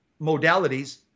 modalities